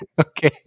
Okay